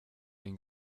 den